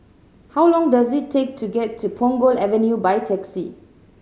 how long does it take to get to Punggol Avenue by taxi